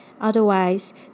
otherwise